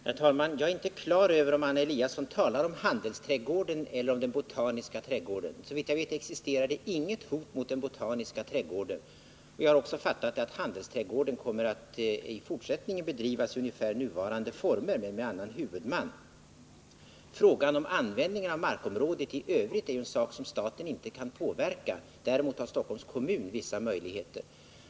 Herr talman! Jag är inte på det klara med om Anna Eliasson talar om handelsträdgården eller om den botaniska trädgården. Såvitt jag vet existerar det inget hot mot den botaniska trädgården. Jag har också uppfattat saken så, att verksamheten vid handelsträdgården kommer att bedrivas i ungefär de nuvarande formerna, trots att det är en annan huvudman. Frågan om användningen av markområdet i övrigt är ju en sak som staten inte kan påverka. Däremot har Stockholms kommun vissa möjligheter.